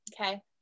Okay